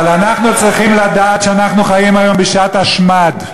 אבל אנחנו צריכים לדעת שאנחנו חיים היום בשעת השמד.